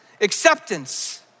acceptance